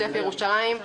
עוטף ירושלים,